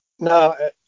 No